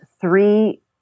three